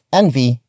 envy